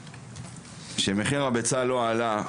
כשמחיר הביצה לא עלה,